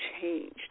changed